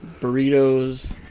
burritos